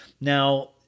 Now